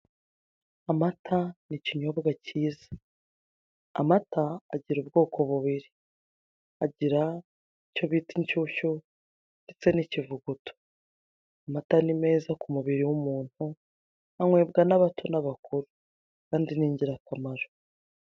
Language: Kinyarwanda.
Amata ni ikinyobwa kiza. Amata agira ubwoko bubiri, agira icyo bita inshyushyu ndetse n'ikivuguto. Amata ni meza ku mubiri w'umuntu, anywebwa n'abato n'abakuru kandi ni ingirakamaro.